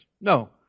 No